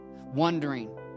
Wondering